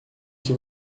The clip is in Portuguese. que